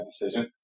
decision